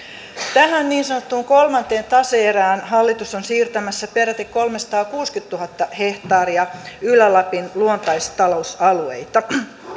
tähän niin sanottuun kolmanteen tase erään hallitus on siirtämässä peräti kolmesataakuusikymmentätuhatta hehtaaria ylä lapin luontaistalousalueita